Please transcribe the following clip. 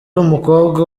umukobwa